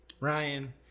ryan